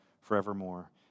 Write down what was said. forevermore